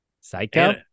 Psycho